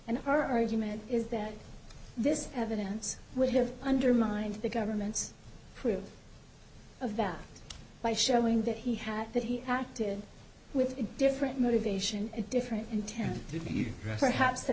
and our argument is that this evidence would have undermined the government's proof of that by showing that he had that he acted with a different motivation a different intent to be perhaps